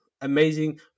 amazing